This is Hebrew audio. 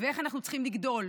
ואיך אנחנו צריכים לגדול,